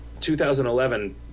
2011